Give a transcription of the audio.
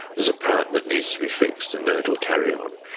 there's a part that needs to be fixed and then it will carry on.